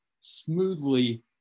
smoothly